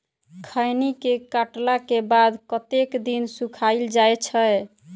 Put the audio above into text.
खैनी केँ काटला केँ बाद कतेक दिन सुखाइल जाय छैय?